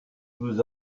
vous